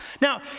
Now